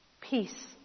Peace